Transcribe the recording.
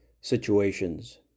situations